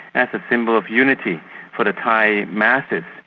as a symbol of unity for the thai masses.